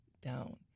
down